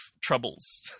troubles